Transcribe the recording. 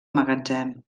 magatzem